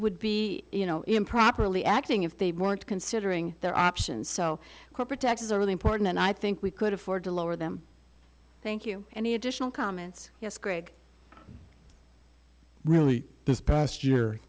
would be you know improperly acting if they weren't considering their options so corporate taxes are really important and i think we could afford to lower them thank you any additional comments yes greg really